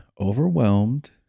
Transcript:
overwhelmed